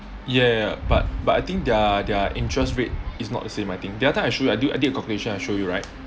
ya ya but but I think their their interest rate is not the same I think the other time I show you I did the calculation and show you right